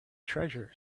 treasure